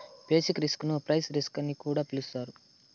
basic risk ను price risk అని కూడా పిలుత్తారు